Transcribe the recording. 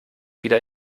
wieder